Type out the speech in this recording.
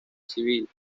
civil